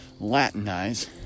Latinize